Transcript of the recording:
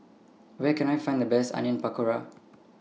Where Can I Find The Best Onion Pakora